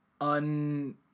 un